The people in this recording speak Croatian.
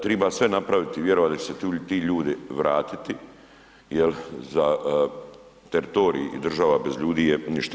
Triba sve napraviti i vjerovat da će se ti ljudi vratiti jer za teritorij i država bez ludi je ništa.